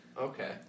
Okay